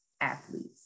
athletes